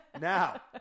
Now